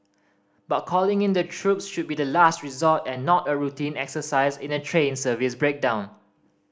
but calling in the troops should be the last resort and not a routine exercise in a train service breakdown